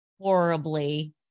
horribly